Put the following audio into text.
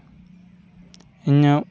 ᱤᱧᱟᱹᱜ